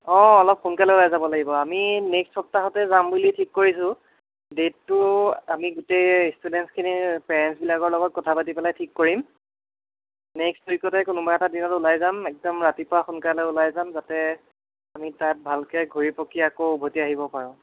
অঁ অলপ সোনকালে ওলাই যাব লাগিব আমি নেক্সট সপ্তাহতে যাম বুলি ঠিক কৰিছোঁ ডেটটো আমি গোটেই ষ্টুডেণ্টছখিনিৰ পেৰেণ্টছ বিলাকৰ লগত কথা পাতি পেলাই ঠিক কৰিম নেক্সট উইকতে কোনোবা এটা দিনত ওলাই যাম একদম ৰাতিপুৱা সোনকালে ওলাই যাম যাতে আমি তাত ভালকে ঘূৰি পকি আকৌ উভতি আহিব পাৰোঁ